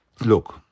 look